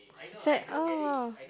se~ oh